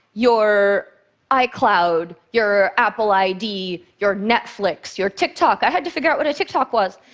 your icloud, your apple id, your netflix, your tiktok i had to figure out what a tiktok was.